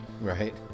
Right